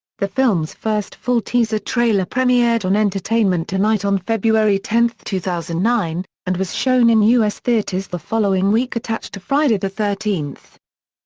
the film's first full teaser trailer premiered on entertainment tonight on february ten, two thousand and nine, and was shown in us theaters the following week attached to friday the thirteenth.